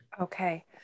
Okay